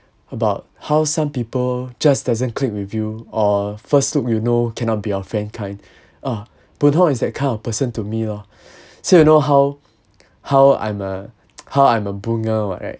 about how some people just doesn't click with you or first group you know cannot be your friend kind uh ben hong is that kind of person to me lor so you know how how I'm a how I'm a bunga what right